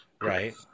right